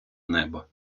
небо